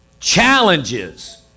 challenges